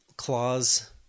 clause